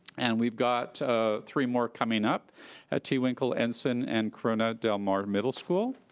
and we've got ah three more coming up at tewinkle, ensign, and corona de um mar middle school.